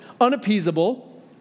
unappeasable